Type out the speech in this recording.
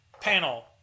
panel